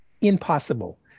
impossible